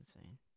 insane